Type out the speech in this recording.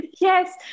Yes